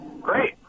Great